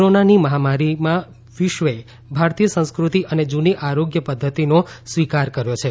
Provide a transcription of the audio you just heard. કોરોનાની મહામારીમાં વિશ્વએ ભારતીય સંસ્કૃતિ અને જૂની આરોગ્ય પધ્ધતિનો સ્વીકાર કર્યો છે